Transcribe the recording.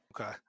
Okay